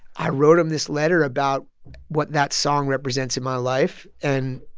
i wrote him this letter about what that song represents in my life. and,